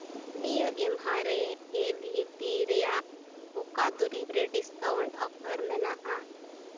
ᱱᱤᱭᱟᱹ ᱮᱢᱦᱟ ᱨᱮ ᱮ ᱵᱷᱤ ᱴᱤ ᱨᱮᱭᱟᱜ ᱚᱠᱟ ᱫᱩᱨᱤᱵᱽ ᱨᱮ ᱰᱤᱥᱠᱟᱣᱩᱱᱴ ᱚᱯᱷᱟᱨ ᱢᱮᱱᱟᱜᱼᱟ